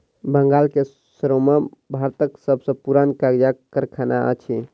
बंगाल के सेरामपुर भारतक सब सॅ पुरान कागजक कारखाना अछि